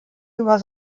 über